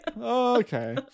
Okay